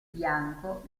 bianco